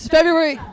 February